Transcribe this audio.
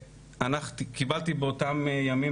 קיבלתי באותם ימים,